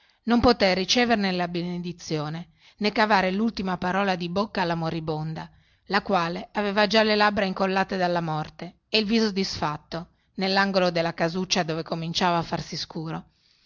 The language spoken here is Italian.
non pote ricevere la benedizione nè cavare lultima parola di bocca alla moribonda la quale aveva già le labbra incollate dalla morte e il viso disfatto nellangolo della casuccia dove cominciava a farsi scuro